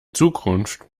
zukunft